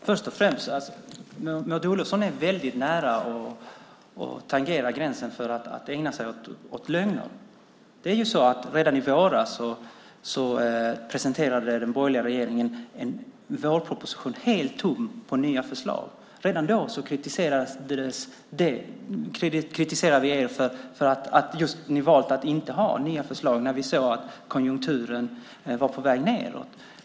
Fru talman! Maud Olofsson är mycket nära gränsen att ägna sig åt lögner. Redan i våras presenterade den borgerliga regeringen en vårproposition helt tom på nya förslag. Redan då kritiserade vi dem för att de valde att inte komma med nya förslag trots att vi såg att konjunkturen var på väg nedåt.